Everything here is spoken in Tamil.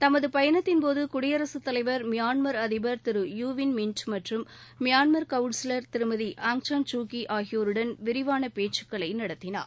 தமது பயணத்தின்போது குடியரகத்தலைவர் மியான்மர் அதிபர் யு வின் மின்ட் மற்றும் மியான்மர் கவுன்சிலர் திருமதி ஆங் சான் சூ கீ ஆகியோருடன் விரிவான பேச்சுக்களை நடத்தினார்